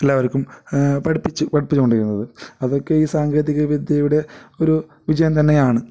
എല്ലാവർക്കും പഠിപ്പിച്ചു പഠിപ്പിച്ചുക്കൊണ്ടിരിക്കുന്നത് അതൊക്കെ ഈ സാങ്കേതിക വിദ്യയുടെ ഒരു വിജയം തന്നെയാണ്